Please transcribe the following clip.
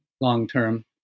long-term